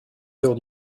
heures